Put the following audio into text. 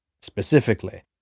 Specifically